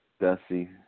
Dusty